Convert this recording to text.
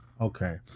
Okay